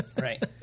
Right